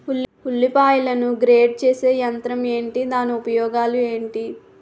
ఉల్లిపాయలను గ్రేడ్ చేసే యంత్రం ఏంటి? దాని ఉపయోగాలు ఏంటి?